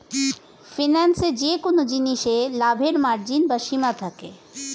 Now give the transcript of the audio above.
ফিন্যান্সে যেকোন জিনিসে লাভের মার্জিন বা সীমা থাকে